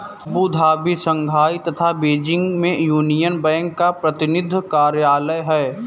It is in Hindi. अबू धाबी, शंघाई तथा बीजिंग में यूनियन बैंक का प्रतिनिधि कार्यालय है?